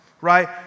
right